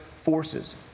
forces